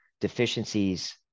deficiencies